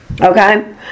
Okay